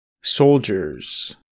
soldiers